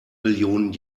millionen